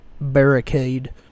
barricade